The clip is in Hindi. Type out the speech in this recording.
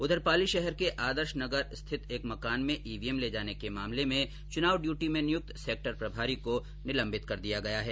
उधर पाली शहर के आदर्श नगर स्थित एक मकान में ईवीएम ले जाने के मामले में चुनाव ड्यूटी में नियुक्त सेक्टर प्रभारी को निलम्बित कर दिया गया है